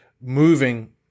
moving